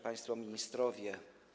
Państwo Ministrowie!